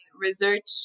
research